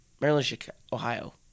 Maryland-Ohio